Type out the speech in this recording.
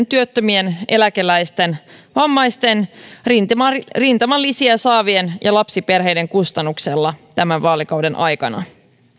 työttömien eläkeläisten vammaisten rintamalisiä rintamalisiä saavien ja lapsiperheiden kustannuksella tämän vaalikauden aikana